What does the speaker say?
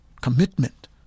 commitment